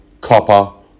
copper